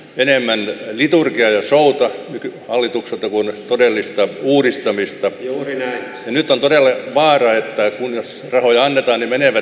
enemmän liturgia ja soutaa vikin hallitukselta vuonna todellista uudistamista juuri nyt on todella totean että jos rahoja annetaan menevät